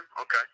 Okay